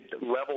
level